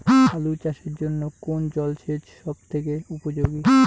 আলু চাষের জন্য কোন জল সেচ সব থেকে উপযোগী?